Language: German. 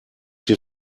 wir